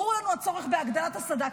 ברור לנו הצורך בהגדלת הסד"כ,